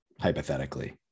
hypothetically